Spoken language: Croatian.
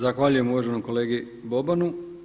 Zahvaljujem uvaženom kolegi Bobanu.